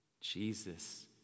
Jesus